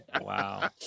Wow